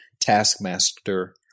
taskmaster